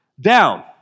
Down